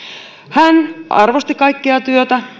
hän arvosti kaikkea työtä